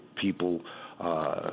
people